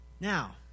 Now